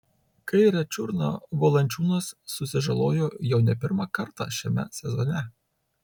kairę čiurną valančiūnas susižalojo jau ne pirmą kartą šiame sezone